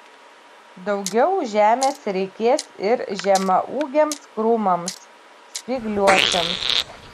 daugiau žemės reikės ir žemaūgiams krūmams spygliuočiams